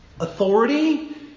authority